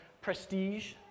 prestige